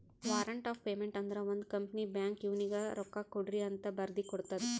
warrant of payment ಅಂದುರ್ ಒಂದ್ company ಬ್ಯಾಂಕ್ಗ್ ಇವ್ನಿಗ ರೊಕ್ಕಾಕೊಡ್ರಿಅಂತ್ ಬರ್ದಿ ಕೊಡ್ತದ್